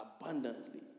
abundantly